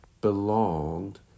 belonged